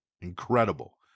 Incredible